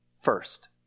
first